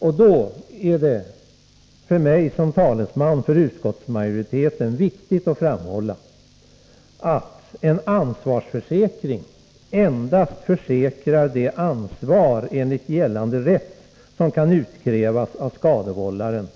Då är det för mig som talesman för utskottsmajoriteten viktigt att framhålla att en ansvarsförsäkring endast avser det ansvar som försäkringstagaren enligt gällande rätt kan utkräva av skadevållaren.